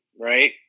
right